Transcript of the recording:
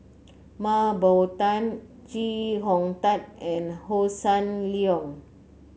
Mah Bow Tan Chee Hong Tat and Hossan Leong